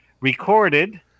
recorded